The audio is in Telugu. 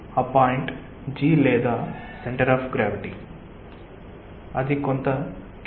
ఆ పాయింట్ G లేదా సెంటర్ ఆఫ్ గ్రావిటీ అది కొంత క్రింద ఉంటుంది